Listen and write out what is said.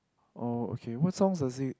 oh okay what song does he